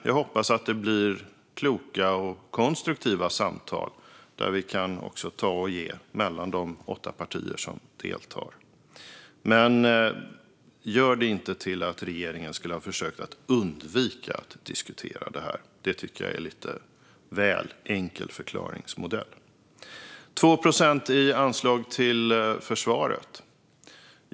Jag hoppas att det blir kloka och konstruktiva samtal där vi kan ta och ge mellan de åtta partier som deltar. Men gör det inte till att regeringen skulle ha försökt att undvika att diskutera detta. Det tycker jag är en lite väl enkel förklaringsmodell. Så till 2 procent i anslag till försvaret.